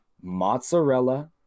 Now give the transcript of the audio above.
mozzarella